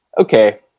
okay